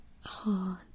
hard